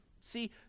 See